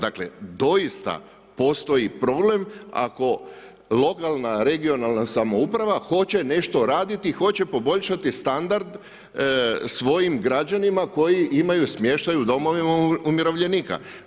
Dakle, doista postoji problem ako lokalna, regionalna samouprava hoće nešto raditi, hoće poboljšati standard svojim građanima koji imaju smještaj u domovima umirovljenika.